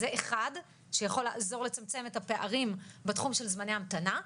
זה אחד שיכול לעזור לצמצם את הפערים בתחום של זמני המתנה.